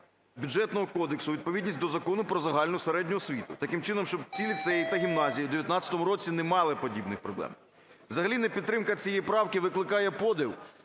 Бюджетного кодексу у відповідність до Закону "Про загальну середню освіту" таким чином, щоб ці ліцеї та гімназії в 19-му році не мали подібних проблем. Взагалі непідтримка цієї правки викликає подив,